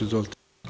Izvolite.